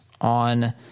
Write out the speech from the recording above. on